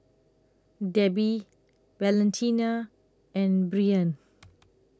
Debi Valentina and Breann